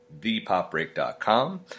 ThePopBreak.com